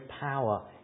power